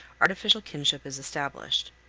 artificial kinship is established.